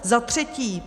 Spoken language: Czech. Za třetí.